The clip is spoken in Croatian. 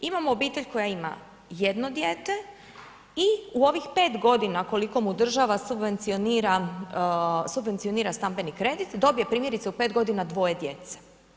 Imamo obitelj koja ima 1 dijete i u ovih 5 godina koliko mu država subvencionira stambeni kredit dobije primjerice u 5 godina 2 djece.